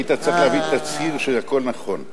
היית צריך להביא תצהיר שהכול נכון.